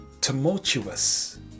tumultuous